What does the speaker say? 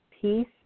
peace